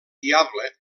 viable